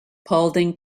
paulding